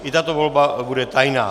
I tato volba bude tajná.